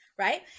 right